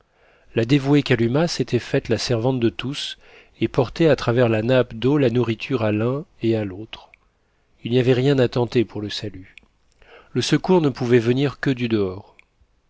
la dévouée kalumah s'était faite la servante de tous et portait à travers la nappe d'eau la nourriture à l'un et à l'autre il n'y avait rien à tenter pour le salut le secours ne pouvait venir que du dehors